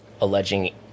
alleging